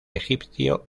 egipcio